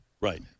Right